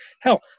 Hell